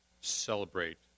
celebrate